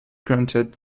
granted